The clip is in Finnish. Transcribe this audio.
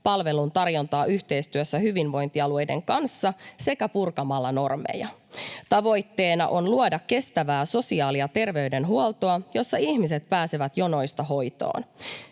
palveluntarjontaa yhteistyössä hyvinvointialueiden kanssa sekä purkamalla normeja. Tavoitteena on luoda kestävää sosiaali- ja terveydenhuoltoa, jossa ihmiset pääsevät jonoista hoitoon.